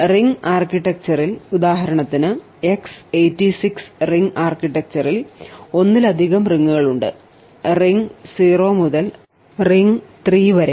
ring ആർക്കിടെക്ചറിൽ ഉദാഹരണത്തിന് x 86 ring ആർക്കിടെക്ചറിൽ ഒന്നിലധികം റിംഗുകൾ ഉണ്ട് റിംഗ് 0 മുതൽ റിംഗ് 3 വരെ